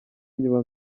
inyuma